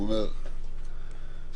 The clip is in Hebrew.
והוא אמר,